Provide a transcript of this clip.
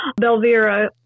Belvira